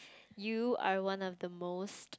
you are one of the most